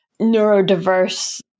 neurodiverse